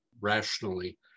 rationally